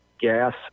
gas